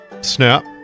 Snap